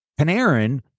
Panarin